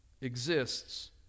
exists